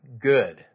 good